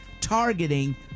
targeting